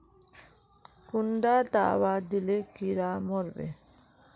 कुंडा दाबा दिले कीड़ा मोर बे?